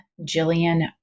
Jillian